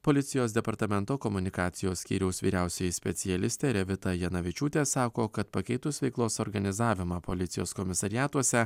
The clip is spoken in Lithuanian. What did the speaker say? policijos departamento komunikacijos skyriaus vyriausioji specialistė revita janavičiūtė sako kad pakeitus veiklos organizavimą policijos komisariatuose